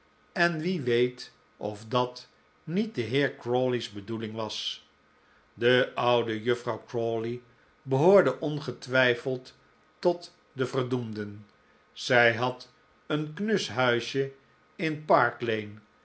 en wie weet of dat niet de heer crawley's bedoeling was de oude juffrouw crawley behoorde ongetwijfeld tot de verdoemden zij had een knus huisje in park lane